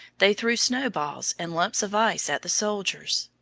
they threw snowballs and lumps of ice at the soldiers.